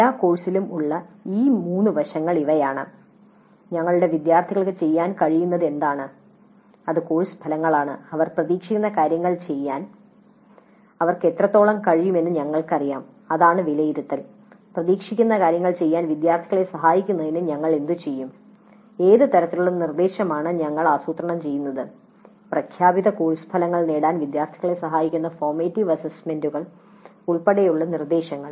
എല്ലാ കോഴ്സിലും ഉള്ള ഈ മൂന്ന് വശങ്ങൾ ഇവയാണ് ഞങ്ങളുടെ വിദ്യാർത്ഥികൾക്ക് ചെയ്യാൻ കഴിയുന്നത് എന്താണ് അത് കോഴ്സ് ഫലങ്ങളാണ് അവർ പ്രതീക്ഷിക്കുന്ന കാര്യങ്ങൾ ചെയ്യാൻ അവർക്ക് എത്രത്തോളം കഴിയുമെന്ന് ഞങ്ങൾക്കറിയാം അതാണ് വിലയിരുത്തൽ പ്രതീക്ഷിക്കുന്ന കാര്യങ്ങൾ ചെയ്യാൻ വിദ്യാർത്ഥികളെ സഹായിക്കുന്നതിന് ഞങ്ങൾ എന്തുചെയ്യും ഏത് തരത്തിലുള്ള നിർദ്ദേശമാണ് ഞങ്ങൾ ആസൂത്രണം ചെയ്യുന്നത് പ്രഖ്യാപിത കോഴ്സ് ഫലങ്ങൾ നേടാൻ വിദ്യാർത്ഥികളെ സഹായിക്കുന്ന ഫോർമാറ്റീവ് അസസ്മെന്റുകൾ ഉൾപ്പെടെയുള്ള നിർദ്ദേശങ്ങൾ